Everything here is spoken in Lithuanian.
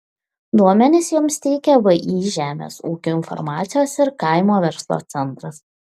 duomenis joms teikia vį žemės ūkio informacijos ir kaimo verslo centras